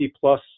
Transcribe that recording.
plus